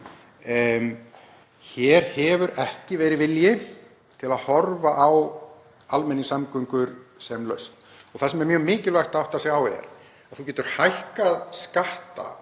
Hér hefur ekki verið vilji til að horfa á almenningssamgöngur sem lausn og það er mjög mikilvægt að átta sig á því að þú getur hækkað skatta